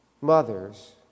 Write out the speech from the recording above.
mothers